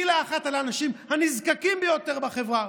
מילה אחת על האנשים הנזקקים ביותר בחברה.